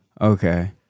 okay